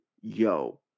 yo